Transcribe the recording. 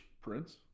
Prince